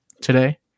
today